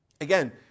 Again